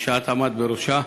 שאת עמדת בראשה.